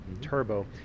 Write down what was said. turbo